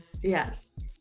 Yes